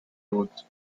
words